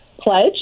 pledge